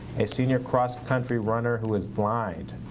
a senior cross country runner who is blind.